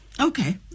Okay